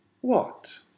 What